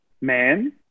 man